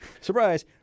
surprise